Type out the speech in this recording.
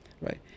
Right